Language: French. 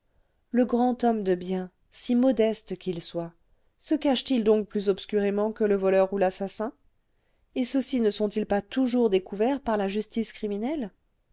le grand homme de bien si modeste qu'il soit se cache-t-il donc plus obscurément que le voleur ou l'assassin et ceux-ci ne sont-ils pas toujours découverts par la justice criminelle